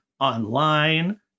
online